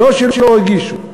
ולא שלא הגישו.